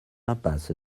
impasse